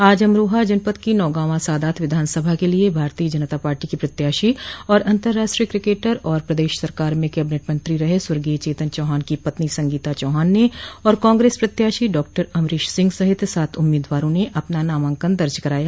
आज अमरोहा जनपद की नौगावां सादात विधानसभा के लिए भारतीय जनता पार्टी की प्रत्याशी और अन्तर्राष्ट्रीय किकेटर और प्रदेश सरकार में कैबिनेट मंत्री रहे स्वर्गीय चेतन चौहान की पत्नी संगीता चौहान ने और कांग्रेस प्रत्याशी डॉक्टर अमरेश सिंह सहित सात उम्मीदवारों ने अपना नामांकन दर्ज कराया